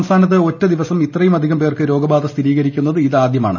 സംസ്ഥാനത്ത് ഒറ്റ ദിവസം ഇത്രയുമധികം പേർക്ക് രോഗബാധ സ്ഥിരീകരിക്കുന്നത് ഇതാദ്യമാണ്